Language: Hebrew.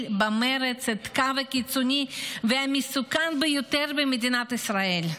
במרץ את הקו הקיצוני והמסוכן ביותר במדינת ישראל.